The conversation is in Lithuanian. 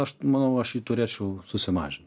aš manau aš jį turėčiau susimažint